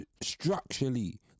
structurally